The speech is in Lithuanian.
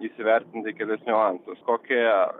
įsivertinti kelis niuansus kokią